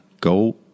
go